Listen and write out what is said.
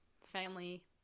family